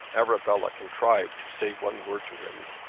arabella contrived to say one word to him.